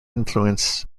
influence